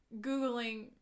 googling